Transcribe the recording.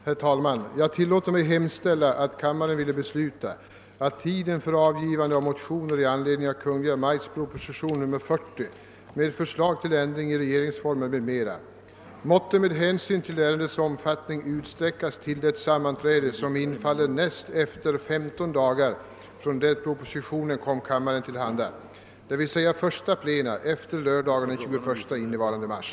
Herr talman! Jag tillåter mig hemställa, att kammaren ville besluta, att tiden för avgivande av motioner i anledning av Kungl. Maj:ts proposition nr 40, med förslag till ändring i regeringsformen, m.m., måtte med hänsyn till ärendets omfattning utsträckas till det sammanträde som infaller näst efter femton dagar från det propositionen kom kammaren till handa, d. v. s. första plenum efter lördagen den 21 innevarande mars.